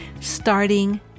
starting